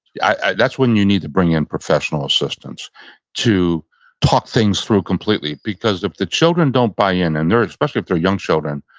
that's when you need to bring in professional assistance to talk things through completely because if the children don't buy in and especially if they're young children,